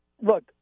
Look